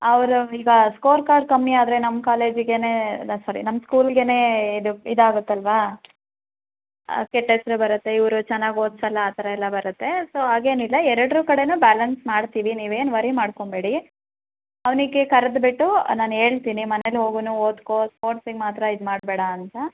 ಅವರು ಈಗ score card ಕಮ್ಮಿ ಆದರೆ ನಮ್ಮ ಕಾಲೇಜಿಗೇ ಅಲ್ಲ ಸಾರಿ ನಮ್ಮ ಸ್ಕೂಲ್ಗೇ ಇದು ಇದಾಗತ್ತೆ ಅಲ್ಲವಾ ಕೆಟ್ಟ ಹೆಸ್ರ್ ಬರುತ್ತೆ ಇವರು ಚೆನ್ನಾಗಿ ಓದ್ಸೋಲ್ಲ ಆ ಥರ ಎಲ್ಲ ಬರುತ್ತೆ ಸೊ ಹಾಗೇನಿಲ್ಲ ಎರಡರ ಕಡೆನೂ ಬ್ಯಾಲೆನ್ಸ್ ಮಾಡ್ತೀವಿ ನೀವು ಏನು ವರಿ ಮಾಡ್ಕೊಬೇಡಿ ಅವನಿಗೆ ಕರ್ದು ಬಿಟ್ಟು ನಾನು ಹೇಳ್ತಿನಿ ಮನೆಲ್ಲೂ ಹೋಗುನು ಓದಿಕೋ ಸ್ಪೋಟ್ಸಿಗೆ ಮಾತ್ರ ಇದು ಮಾಡಬೇಡಾಂತ